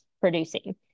producing